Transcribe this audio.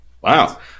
Wow